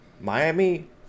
Miami